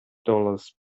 dollars